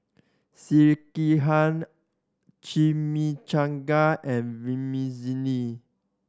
Sekihan Chimichanga and Vermicelli